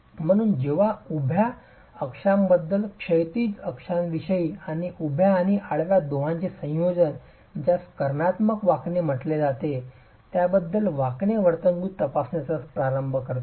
म्हणून जेव्हा आपण उभ्या अक्षांबद्दल क्षैतिज अक्षांविषयी किंवा उभ्या आणि आडव्या दोहोंचे संयोजन ज्यास कर्णात्मक वाकणे म्हटले जाते त्याबद्दल वाकणे वर्तणूक तपासण्यास प्रारंभ करता